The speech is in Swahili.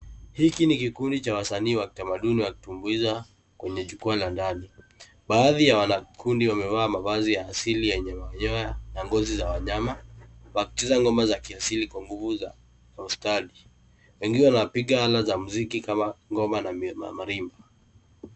Hiki ni kikundi cha wasani wakitamaduni wakitumbuiza kwenye jukua la ndani. Baadhi ya wanakikundi wamevaa mavazi ya hasili ya manyoya na ngozi za wanyama, wakitiza ngoma za kiasili kwa nguvu za austali. Wengi wana piga ala za muziki kama ngoma na mamarimba.